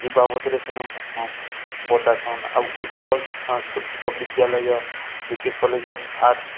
ଇ ବାବଦରେ ସେନୁ ବତାସନ୍ ଆଉ ଉତ୍କଳ ସାଂସ୍କୃତିକ ବିଦ୍ୟାଳୟ B K college of arts